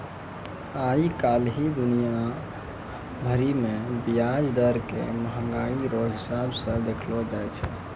आइ काल्हि दुनिया भरि मे ब्याज दर के मंहगाइ रो हिसाब से देखलो जाय छै